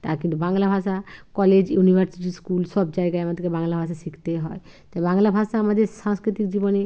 তা কিন্তু বাংলা ভাষা কলেজ ইউনিভার্সিটি স্কুল সব জায়গায় আমাদেরকে বাংলা ভাষা শিখতেই হয় তাই বাংলা ভাষা আমাদের সাংস্কৃতিক জীবনে